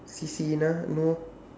C_C lah you know